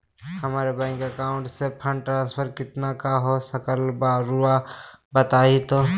हमरा bank account से fund transfer कितना का हो सकल बा रुआ बताई तो?